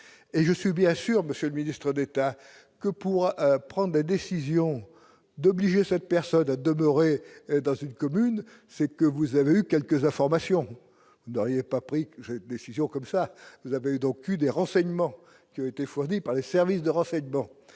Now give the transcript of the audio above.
et je suis bien sûr, monsieur le ministre d'État, que pourra prendre la décision d'obliger cette personne de demeurer dans une commune, c'est que vous avez quelques informations, vous n'auriez pas pris décision comme ça, vous avez donc eu des renseignements qui a été fournie par les services de renseignement